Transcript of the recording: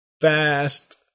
fast